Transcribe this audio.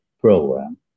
program